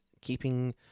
keeping